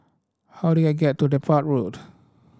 how do I get to Depot Road